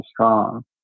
strong